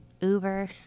Uber